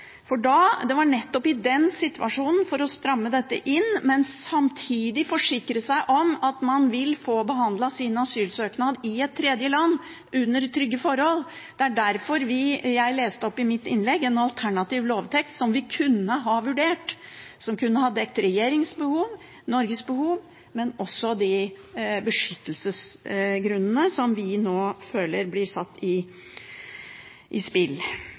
For det var nettopp med tanke på den situasjonen, for å stramme dette inn, men samtidig forsikre seg om at man vil få behandlet sin asylsøknad i et tredje land under trygge forhold, at jeg i mitt innlegg leste opp en alternativ lovtekst som vi kunne ha vurdert, som kunne ha dekt regjeringens behov, Norges behov, men også ivaretatt de beskyttelsesgrunnene som vi nå føler blir satt i spill.